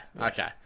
okay